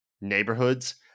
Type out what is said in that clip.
neighborhoods